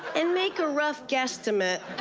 and make a rough guesstimate.